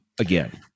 again